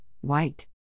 white